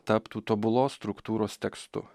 taptų tobulos struktūros tekstu